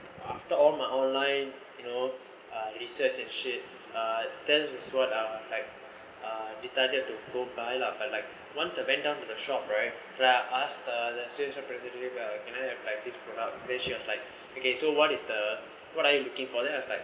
after all my online you know research as shit uh then what uh like decided to go buy lah but like once I went down to the shop right I ask the the sales representative like can I have this product then she was like okay so what is the what are you looking for then I was like